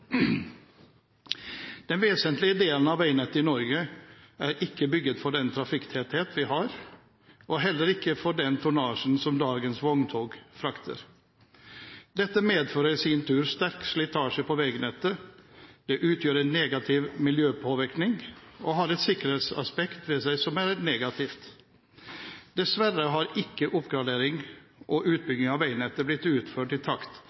Den vesentlige delen av veinettet i Norge er ikke bygd for den trafikktetthet vi har, og heller ikke for den tonnasjen som dagens vogntog frakter. Dette medfører i sin tur sterk slitasje på veinettet, det utgjør en negativ miljøpåvirkning og har et sikkerhetsaspekt ved seg som er negativt. Dessverre har ikke oppgradering og utbygging av veinettet blitt utført i takt